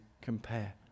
compare